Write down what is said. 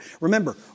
Remember